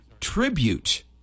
Tribute